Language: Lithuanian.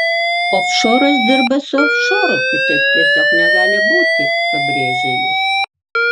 ofšoras dirba su ofšoru kitaip tiesiog negali būti pabrėžė jis